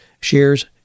shares